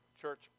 church